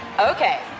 Okay